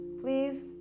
please